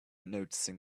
noticing